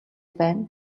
байна